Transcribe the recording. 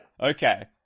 Okay